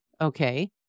Okay